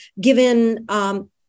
given